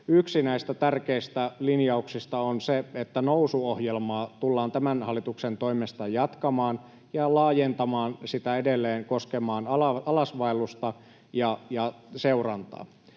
Yksi näistä tärkeistä linjauksista on se, että Nousu-ohjelmaa tullaan tämän hallituksen toimesta jatkamaan ja laajentamaan sitä edelleen koskemaan alasvaellusta ja seurantaa.